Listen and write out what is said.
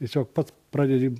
tiesiog pats pradedi